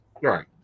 Right